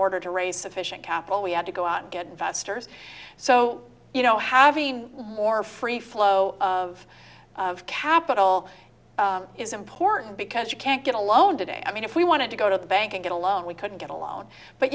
order to raise sufficient capital we have to go out and get investors so you know having more free flow of capital is important because you can't get a loan today i mean if we wanted to go to the bank and get a loan we couldn't get a loan but